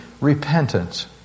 Repentance